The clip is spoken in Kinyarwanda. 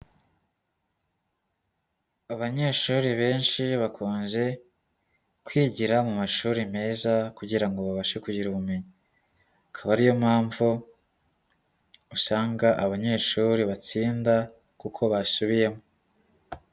Abanyeshuri benshi bakunze kwigira mu mashuri meza, kugira ngo babashe kugira ubumenyi, akaba ariyo mpamvu usanga abanyeshuri batsinda kuko basubiyemo.